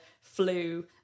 flu